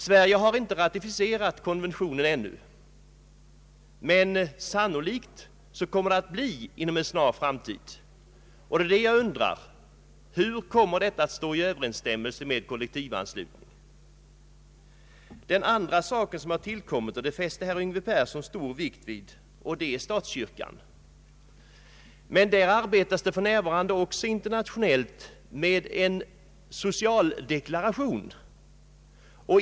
Sverige har ännu inte ratificerat konventionen men kommer sannolikt att göra det inom en snar framtid. Jag undrar hur detta kommer att stå i överensstämmelse med kollektivanslutningen. Den andra saken som har tillkommit och som herr Yngve Persson fäste stor vikt vid är frågan om statskyrkan. Men på denna punkt arbetas det för närvarande också internationellt med en socialdeklaration.